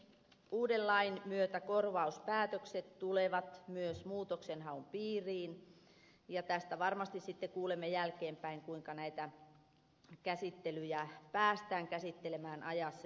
uuden lain myötä korvauspäätökset tulevat myös muutoksenhaun piiriin ja tästä varmasti sitten kuulemme jälkeenpäin kuinka näitä käsittelyjä päästään käsittelemään ajassa